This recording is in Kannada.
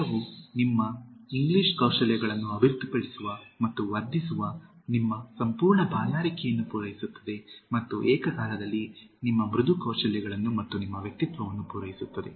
ಪುಸ್ತಕವು ನಿಮ್ಮ ಇಂಗ್ಲಿಷ್ ಕೌಶಲ್ಯಗಳನ್ನು ಅಭಿವೃದ್ಧಿಪಡಿಸುವ ಮತ್ತು ವರ್ಧಿಸುವ ನಿಮ್ಮ ಸಂಪೂರ್ಣ ಬಾಯಾರಿಕೆಯನ್ನು ಪೂರೈಸುತ್ತದೆ ಮತ್ತು ಏಕಕಾಲದಲ್ಲಿ ನಿಮ್ಮ ಮೃದು ಕೌಶಲ್ಯಗಳನ್ನು ಮತ್ತು ನಿಮ್ಮ ವ್ಯಕ್ತಿತ್ವವನ್ನು ಪೂರೈಸುತ್ತದೆ